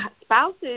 spouses –